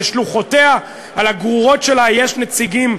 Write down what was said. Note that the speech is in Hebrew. לשלוחותיה, על הגרורות שלה, יש נציגים,